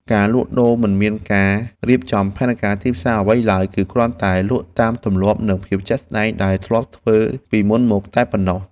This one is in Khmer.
ការលក់ដូរមិនមានការរៀបចំផែនការទីផ្សារអ្វីឡើយ គឺគ្រាន់តែលក់តាមទម្លាប់និងភាពជាក់ស្ដែងដែលធ្លាប់ធ្វើពីមុនមកតែប៉ុណ្ណោះ។